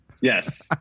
Yes